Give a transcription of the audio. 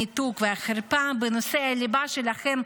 הניתוק והחרפה בנושא הליבה שלכם,